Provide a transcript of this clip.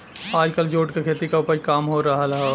आजकल जूट क खेती क उपज काम हो रहल हौ